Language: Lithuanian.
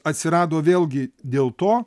atsirado vėlgi dėl to